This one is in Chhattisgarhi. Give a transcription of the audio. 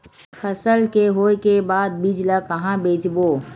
फसल के होय के बाद बीज ला कहां बेचबो?